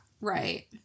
Right